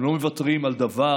הם לא מוותרים על דבר,